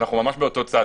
אנחנו ממש באותו צד.